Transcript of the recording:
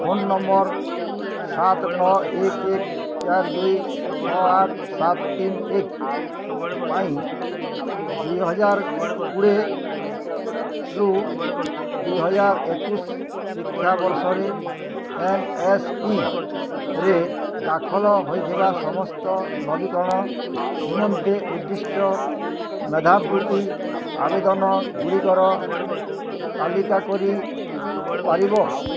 phone number ସାତ ନଅ ଏକ ଏକ ଚାରି ଦୁଇ ଛଅ ଆଠ ସାତ ତିନି ଏକ ପାଇଁ ଦୁଇହଜାରକୋଡ଼ିଏରୁ ଦୁଇହଜାର ଏକୋଇଶ ଶିକ୍ଷାବର୍ଷରେ ଏନ୍ଏସ୍ପିରେ ଦାଖଲ ହୋଇଥିବା ସମସ୍ତ ନବୀକରଣ ନିମନ୍ତେ ଉଦ୍ଦିଷ୍ଟ ମେଧାବୃତ୍ତି ଆବେଦନଗୁଡ଼ିକର ତାଲିକା କରି ପାରିବ